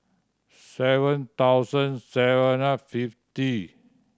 seven thousand seven fifty